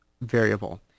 variable